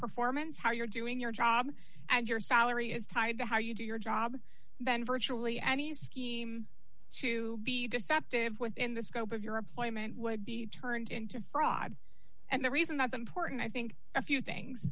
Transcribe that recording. performance how you're doing your job and your salary is tied to how you do your job than virtually any scheme to be deceptive within the scope of your employment would be turned into fraud and the reason that's important i think a few things